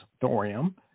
thorium